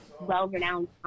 well-renowned